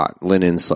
linen